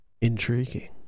Intriguing